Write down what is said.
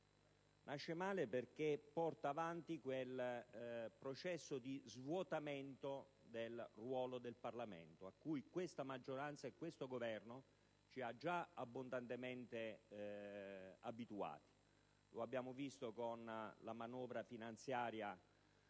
Nasce male perché porta avanti quel processo di svuotamento del ruolo del Parlamento a cui questa maggioranza, e questo Governo, ci hanno già abbondantemente abituato. Lo abbiamo visto con la manovra finanziaria